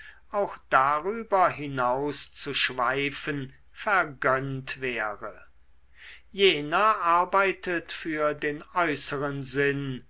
auch darüber hinauszuschweifen vergönnt wäre jener arbeitet für den äußeren sinn